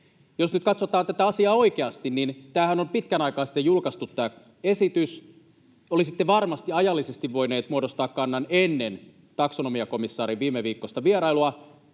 Jos nyt katsotaan tätä asiaa oikeasti, niin tämä esityshän on julkaistu pitkän aikaa sitten. Olisitte varmasti ajallisesti voineet muodostaa kannan ennen taksonomiakomissaarin viimeviikkoista vierailua.